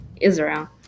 israel